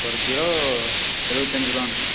ஒரு கிலோ எழுவத்தஞ்சு ரூவாங்க